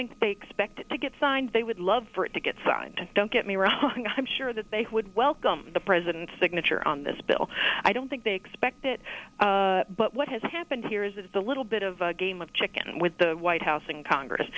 think they expect to get signed they would love for it to get signed don't get me wrong i'm sure that they would welcome the president's signature on this bill i don't think they expect it but what has happened here is it's a little bit of a game of chicken with the white house and congress